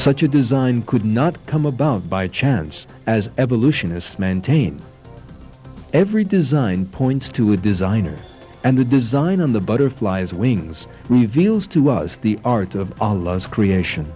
such a design could not come about by chance as evolutionists maintain every design points to a designer and the design of the butterfly's wings reveals to us the art of allah's creation